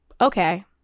okay